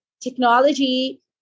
technology